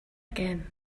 again